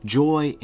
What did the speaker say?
joy